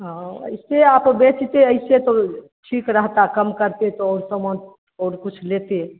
हाँ ऐसे आप बेचते ऐसे तो ठीक रहता कम करते तो और सामान और कुछ लेते